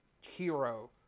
hero